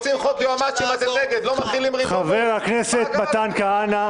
רוצים חוק יועמ"שים אתם נגד --- חבר הכנסת מתן כהנא,